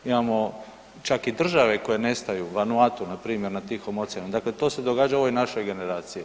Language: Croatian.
Imamo čak i države koje nestaju u Vanuatu npr. na Tihom oceanu, dakle to se događa u ovoj našoj generaciji.